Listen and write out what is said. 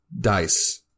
dice